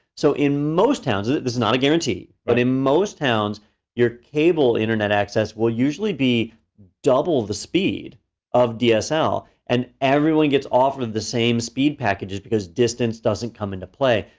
so in most towns, this is not a guarantee, but in most towns your cable internet access will usually be double the speed of dsl. and everyone gets offered the same speed packages, because distance doesn't come into play.